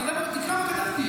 תקרא מה כתבתי,